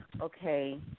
okay